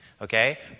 Okay